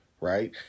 right